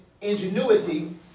ingenuity